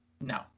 no